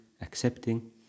accepting